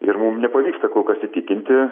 ir mum nepavyksta kol kas įtikinti